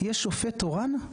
יש רופא תורן,